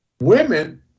women